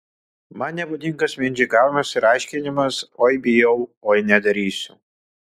man nebūdingas mindžikavimas ir aiškinimas oi bijau oi nedarysiu